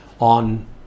on